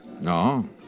No